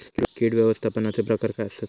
कीड व्यवस्थापनाचे प्रकार काय आसत?